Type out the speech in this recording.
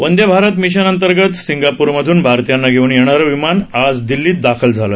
Vande Bharat mission अंतर्गत सिंगापूरमधुन भारतीयांना घेऊन येणारं विमान आज दिल्लीत दाखल झालं